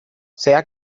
sea